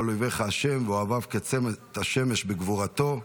כל אויבך ה' ואוהביו כצאת השמש בגברתו.